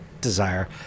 desire